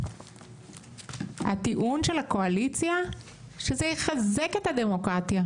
הטיעון של הקואליציה שזה יחזק את הדמוקרטיה,